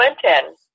Clinton